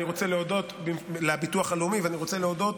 אני רוצה להודות לביטוח הלאומי ואני רוצה להודות